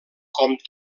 com